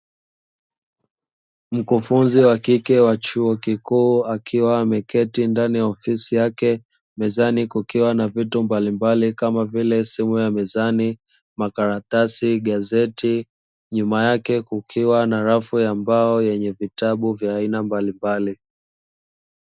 Mkufunzi wa kike wa chuo kikuu akiwa ameketi ndani ya ofisi yake, mezani kukiwa na vitu mbalimbali kama vile: simu ya mezani, makaratasi, gazeti; nyuma yake kukiwa na rafu ya mbao yenye vitabu vya aina mbalimbali.